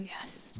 yes